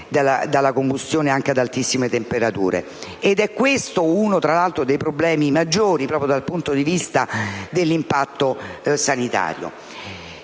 dalla combustione, anche ad altissime temperature. Ed è questo uno dei problemi maggiori, proprio dal punto di vista dell'impatto sanitario.